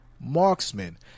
Marksman